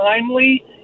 timely